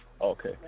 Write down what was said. Okay